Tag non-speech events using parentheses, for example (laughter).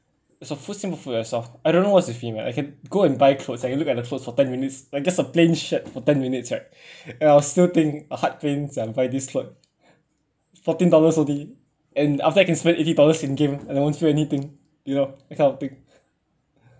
it's a yourself I don't know what's the female I can go and buy clothes I can look at the clothes for ten minutes like just a plain shirt for ten minutes right and I will still think heart pain sia buy this cloth (laughs) fourteen dollars only and after that can spend eighty dollars in game and I won't feel anything you know that kind of thing